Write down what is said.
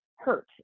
Hurt